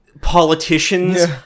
politicians